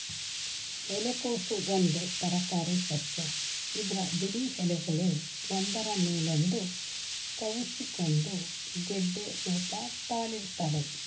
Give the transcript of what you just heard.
ಎಲೆಕೋಸು ಒಂದು ತರಕಾರಿಸಸ್ಯ ಇದ್ರ ಬಿಳಿ ಎಲೆಗಳು ಒಂದ್ರ ಮೇಲೊಂದು ಕವುಚಿಕೊಂಡು ಗೆಡ್ಡೆ ರೂಪ ತಾಳಿರ್ತವೆ